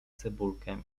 cebulkę